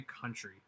country